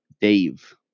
Dave